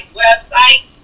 website